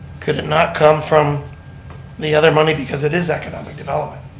could it not come from the other money, because it is economic development.